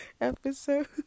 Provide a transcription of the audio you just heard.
episode